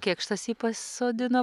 kėkštas jį pasodino